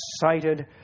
cited